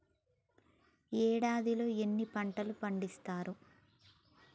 ఏడాదిలో ఎన్ని పంటలు పండిత్తరు?